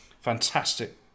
Fantastic